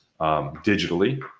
digitally